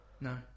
no